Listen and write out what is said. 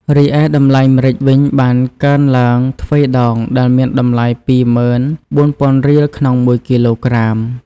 រីឯតម្លៃម្រេចវិញបានកើនឡើងទ្វេដងដែលមានតម្លៃ ២ ម៉ឺន ៤ ពាន់រៀលក្នុងមួយគីឡូក្រាម។